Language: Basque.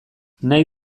nahi